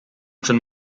schon